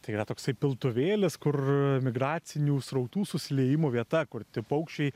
tai yra toksai piltuvėlis kur migracinių srautų susiliejimo vieta kur tie paukščiai